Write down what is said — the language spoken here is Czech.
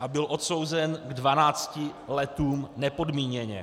a byl odsouzen k dvanácti letům nepodmíněně.